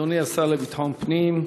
אדוני השר לביטחון פנים,